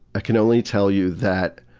can only tell you that